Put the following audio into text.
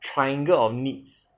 triangle of needs